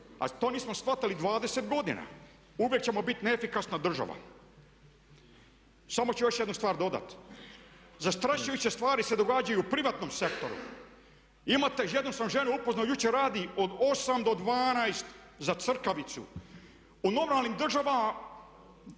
a to nismo shvatili 20 godina, uvijek ćemo biti neefikasna država. Samo ću još jednu stvar dodati. Zastrašujuće stvari se događaju u privatnom sektoru. Imate, jednu sam ženu upoznao, jučer radi od 8 do 12 za crkavicu. U normalnim državama